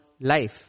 life